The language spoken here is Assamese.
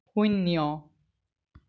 শূন্য